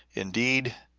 indeed,